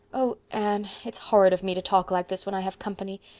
oh anne, it's horrid of me to talk like this when i have company.